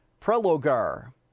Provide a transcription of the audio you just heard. Prelogar